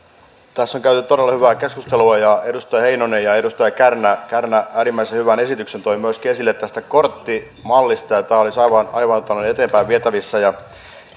tässä on käyty todella hyvää keskustelua ja edustaja heinonen ja edustaja kärnä kärnä äärimmäisen hyvän esityksen toivat myöskin esille tästä korttimallista tämä olisi aivan tällä lailla eteenpäin vietävissä ja